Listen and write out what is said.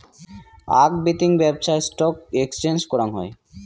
আক বিতিং ব্যপছা স্টক এক্সচেঞ্জ করাং হই